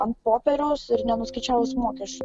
ant popieriaus ir nenuskaičiavus mokesčių